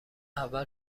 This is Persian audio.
اول